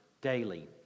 Daily